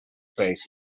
faith